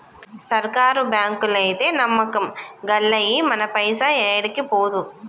సర్కారు బాంకులైతే నమ్మకం గల్లయి, మన పైస ఏడికి పోదు